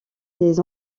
des